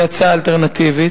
כהצעה אלטרנטיבית?